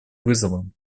вызовам